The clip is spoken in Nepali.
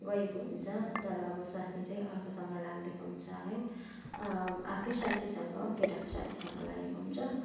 गएको हुन्छ तर अब स्वास्नी चाहिँ अर्कोसँग लागिदिएको हुन्छ है आफ्नै साथीसँग केटाको साथीसँग लागेको हुन्छ